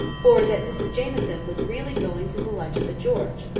for that mrs jamieson was really going to the lunch at the george.